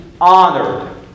honored